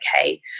Okay